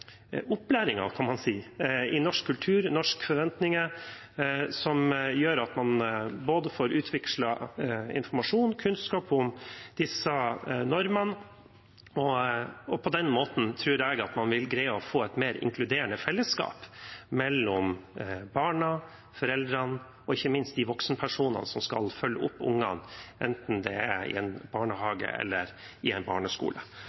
kan man si – om norsk kultur og norske forventninger, noe som gjør at man både får utvekslet informasjon og kunnskap om disse normene. På den måten tror jeg man vil greie å få et mer inkluderende fellesskap mellom barna, foreldrene og ikke minst de voksenpersonene som skal følge opp ungene, enten det er i en barnehage eller i en barneskole.